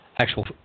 actual